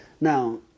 Now